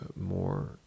more